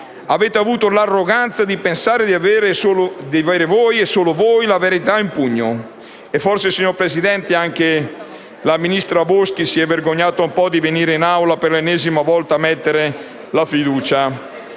avete avuto l'arroganza di pensare di avere voi e solo voi la verità in pugno. E forse, signora Presidente, anche la ministra Boschi si è un po' vergognata di venire in Aula a porre per l'ennesima volta la questione di fiducia.